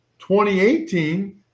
2018